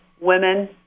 women